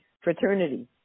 fraternity